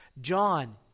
John